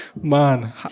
Man